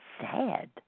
sad